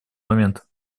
момент